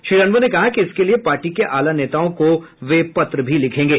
श्री अनवर ने कहा कि इसके लिये पार्टी के आला नेताओं को पत्र भी लिखेंगे